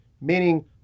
meaning